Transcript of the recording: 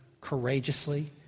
courageously